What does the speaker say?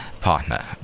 partner